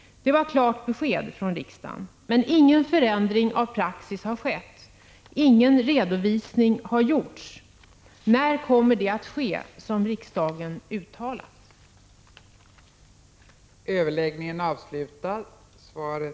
Det var ett klart besked från riksdagen. Men ingen förändring av praxis har skett. Ingen redovisning har gjorts. När kommer det som riksdagen uttalat att ske?